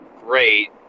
great